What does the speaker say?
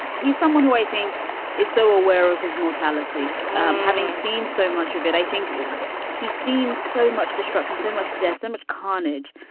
he's someone who i think is so aware of his mortality having seen so much of it, i think he's seen so much destruction, so much decimate carnage.